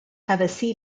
have